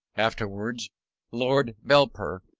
afterwards lord belper,